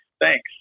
thanks